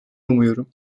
umuyorum